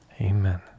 Amen